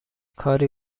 کاری